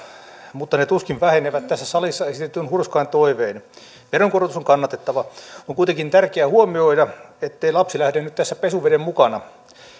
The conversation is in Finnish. mutta ne tuskin vähenevät tässä salissa esitetyin hurskain toivein veronkorotus on kannatettava on kuitenkin tärkeä huomioida ettei lapsi lähde nyt tässä pesuveden mukana